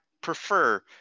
prefer